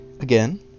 again